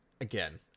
again